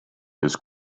his